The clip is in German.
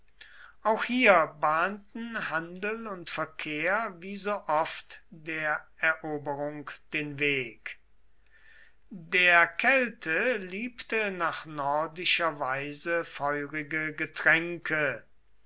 auch hier bahnten handel und verkehr wie so oft der eroberung den weg der kelte liebte nach nordischer weise feurige getränke